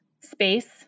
space